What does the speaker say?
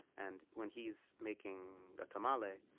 and when he's making a tamale,